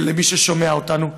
ולמי ששומע אותנו: